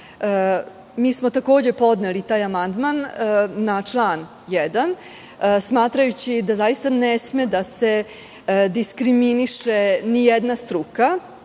smo podneli taj amandman na član 1, smatrajući da zaista ne sme da se diskriminiše ni jedna struka